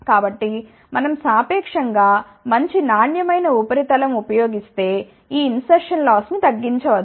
కాబట్టి మనం సాపేక్షం గా మంచి నాణ్యమైన ఉపరితలం ఉపయోగిస్తే ఈ ఇన్సర్షన్ లాస్ ని తగ్గించవచ్చు